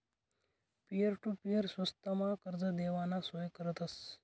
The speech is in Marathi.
पिअर टु पीअर स्वस्तमा कर्ज देवाना सोय करतस